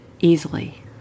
Easily